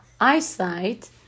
eyesight